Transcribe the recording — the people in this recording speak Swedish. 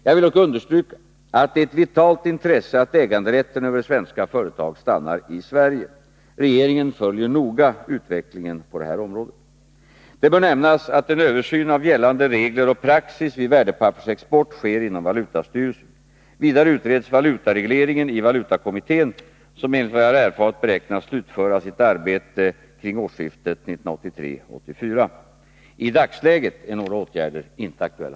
Jag vill dock understryka att det är ett vitalt intresse att äganderätten över svenska företag stannar i Sverige. Regeringen följer noga utvecklingen på detta område. Det bör nämnas att en översyn av gällande regler och praxis vid värdepappersexport sker inom valutastyrelsen. Vidare utreds valutaregleringeni valutakommittén, som enligt vad jag har erfarit beräknas slutföra sitt arbete kring årsskiftet 1983-1984. I dagsläget är några åtgärder inte aktuella.